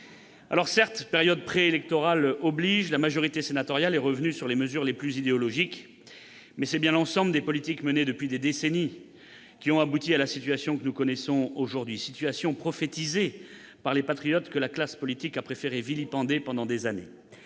Certes, période préélectorale oblige, la majorité sénatoriale est revenue sur les mesures les plus idéologiques, mais c'est bien l'ensemble des politiques menées depuis des décennies qui ont abouti à la situation que nous connaissons aujourd'hui, prophétisée par les patriotes que la classe politique a préféré vilipender pendant des années.